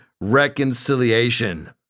reconciliation